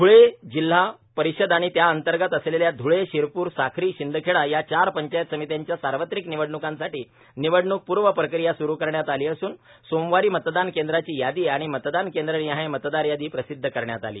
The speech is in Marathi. ध्ळे जिल्हा परिषद आणि त्याअंतर्गत असलेल्या ध्ळे शिरप्र साक्री शिंदखेडा या चार पंचायत समितींच्या सार्वत्रिक निवडण्कीसाठी निवडण्क पूर्व प्रक्रीया स्रु करण्यात आली असून सोमवारी मतदान केंद्रांची यादी आणि मतदान केंद्रनिहाय मतदार यादी प्रसिध्द करण्यात आली